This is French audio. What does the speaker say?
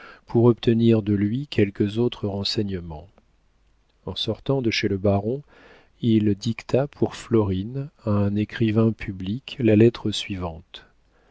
pour obtenir de lui quelques autres renseignements en sortant de chez le baron il dicta pour florine à un écrivain public la lettre suivante